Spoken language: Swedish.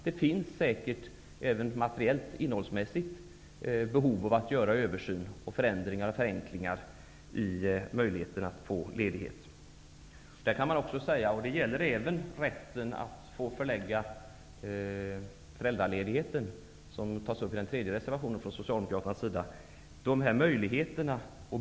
Det finns säkerligen även materiellt och innehållsmässigt ett behov av att göra översyn av reglerna för ledighet, bl.a. för att åstadkomma förenklingar. Detta gäller även frågan om förläggning av föräldraledigheten, som tas upp reservation 3.